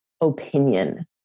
opinion